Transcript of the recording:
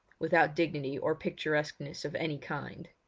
without dignity or picturesqueness of any kind.